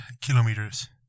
kilometers